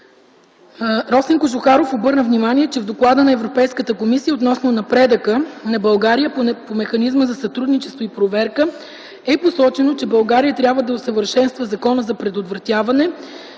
Росен Кожухаров обърна внимание, че в Доклада на Европейската комисия относно напредъка на България по механизма за сътрудничество и проверка е посочено, че България трябва да усъвършенства Закона за предотвратяване